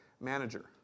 manager